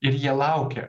ir jie laukia